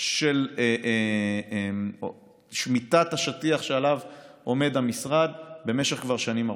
של שמיטת השטיח שעליו עומד המשרד כבר במשך שנים ארוכות.